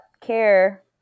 care